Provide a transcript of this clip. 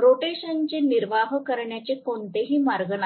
रोटेशनचे निर्वाह करण्याचे कोणताही मार्ग नाही